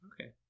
Okay